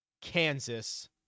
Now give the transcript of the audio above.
Kansas